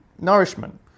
nourishment